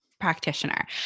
practitioner